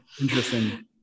Interesting